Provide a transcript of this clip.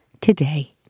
today